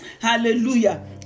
hallelujah